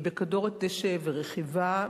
בכדורת דשא ורכיבה,